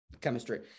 chemistry